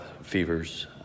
fevers